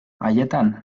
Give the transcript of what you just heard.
haietan